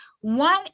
One